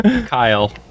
Kyle